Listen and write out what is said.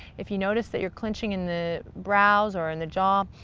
if you notice that you're clenching in the brows or in the jaw,